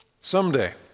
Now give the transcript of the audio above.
someday